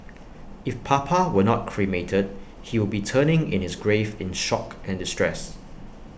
if papa were not cremated he would be turning in his grave in shock and distress